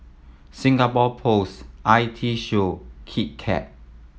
Singapore Post I T Show Kit Kat